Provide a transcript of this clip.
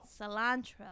Cilantro